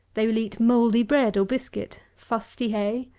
they will eat mouldy bread or biscuit fusty hay,